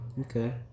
Okay